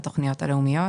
לתכניות הלאומיות,